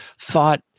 thought